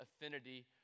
affinity